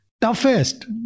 toughest